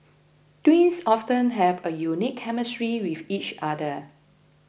twins often have a unique chemistry with each other